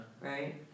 Right